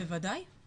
בוודאי.